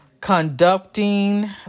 conducting